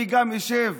אני גם אשב